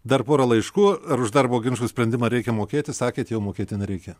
dar porą laiškų ar už darbo ginčų sprendimą reikia mokėti sakėt jau mokėti nereikia